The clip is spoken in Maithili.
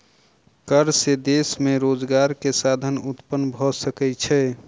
कर से देश में रोजगार के साधन उत्पन्न भ सकै छै